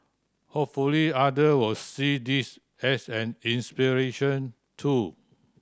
hopefully other will see this as an inspiration too